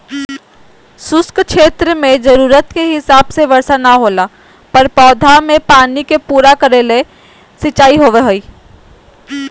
शुष्क क्षेत्र मेंजरूरत के हिसाब से वर्षा नय होला पर पौधा मे पानी के पूरा करे के ले सिंचाई होव हई